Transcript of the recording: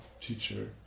teacher